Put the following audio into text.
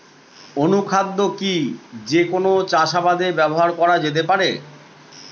অনুখাদ্য কি যে কোন চাষাবাদে ব্যবহার করা যেতে পারে?